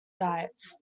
diets